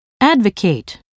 advocate